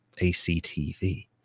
ACTV